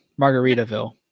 Margaritaville